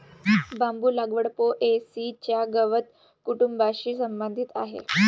बांबू लागवड पो.ए.सी च्या गवत कुटुंबाशी संबंधित आहे